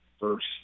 first